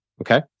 Okay